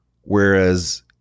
Whereas